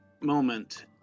moment